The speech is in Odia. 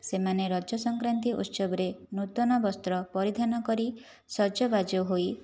ସେମାନେ ରଜ ସଂକ୍ରାନ୍ତି ଉତ୍ସବରେ ନୂତନ ବସ୍ତ୍ର ପରିଧାନ କରି ସଜବାଜ ହୋଇ